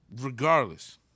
regardless